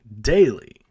daily